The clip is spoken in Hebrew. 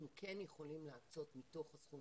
אנחנו כן יכולים להקצות מתוך הסכום